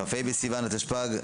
כ"ה בסיון התשפ"ג,